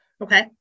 Okay